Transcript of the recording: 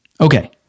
Okay